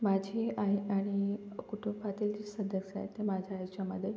माझी आई आणि कुटुंबातील सदस्यात माझ्या याच्यामध्ये